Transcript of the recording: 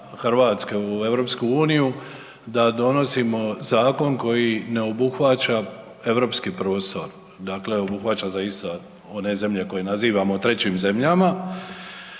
Hrvatske u EU da donosimo zakon koji ne obuhvaća europski prostor, dakle obuhvaća zaista one zemlje koje nazivamo trećim zemljama